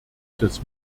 des